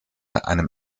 einem